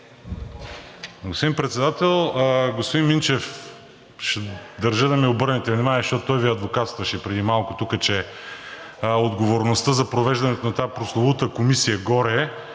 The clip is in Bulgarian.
Господин Председател, господин Минчев – държа да ми обърнете внимание, защото той Ви адвокатстваше преди малко тук, че отговорността за провеждането на тази прословута Комисия горе